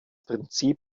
prinzip